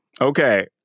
okay